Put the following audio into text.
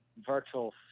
virtual